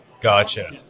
Gotcha